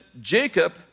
Jacob